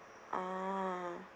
ah